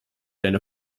deine